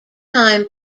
time